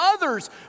others